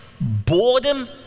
boredom